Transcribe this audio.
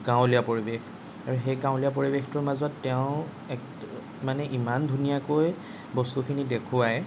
গাঁৱলীয়া পৰিৱেশ আৰু সেই গাঁৱলীয়া পৰিৱেশটোৰ মাজত তেওঁ মানে ইমান ধুনীয়াকৈ বস্তুখিনি দেখুৱায়